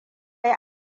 yi